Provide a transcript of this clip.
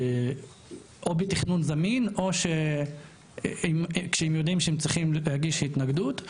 או בתכנון זמין או שהם יודעים שהם צריכים להגיש התנגדות,